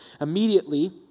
Immediately